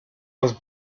was